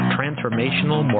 Transformational